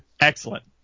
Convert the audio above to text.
excellent